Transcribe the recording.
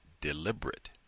Deliberate